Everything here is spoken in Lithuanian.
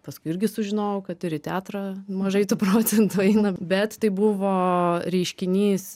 paskui irgi sužinojau kad ir į teatrą mažai tų procentų eina bet tai buvo reiškinys